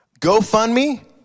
GoFundMe